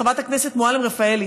חברת הכנסת מועלם-רפאלי,